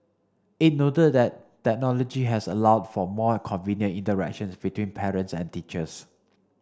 it noted that technology has allowed for more convenient interactions between parents and teachers